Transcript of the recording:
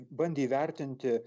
bandė įvertinti